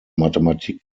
mathematik